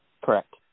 Correct